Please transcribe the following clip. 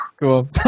cool